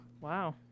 Wow